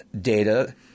data –